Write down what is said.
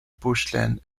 bushland